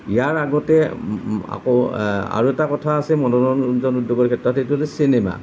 ইয়াৰ আগতে আকৌ আৰু এটা কথা আছে মনোৰঞ্জন উদ্যোগৰ ক্ষেত্ৰত সেইটো হ'ল চিনেমা